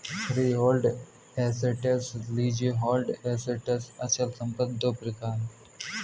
freehold assets, leasehold assets अचल संपत्ति दो प्रकार है